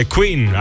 Queen